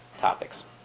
topics